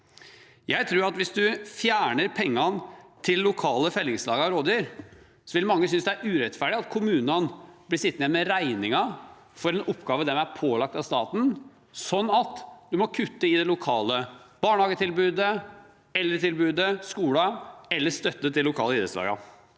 Jeg tror at hvis man fjerner pengene til lokale fellingslag for rovdyr, vil mange synes det er urettferdig at kommunene blir sittende med regningen for en oppgave de er pålagt av staten, sånn at de må kutte i det lokale barnehagetilbudet, eldretilbudet, skoler eller støtte til de lokale idrettslagene.